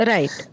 Right।